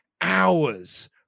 hours